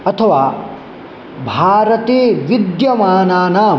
अथवा भारते विद्यमानानाम्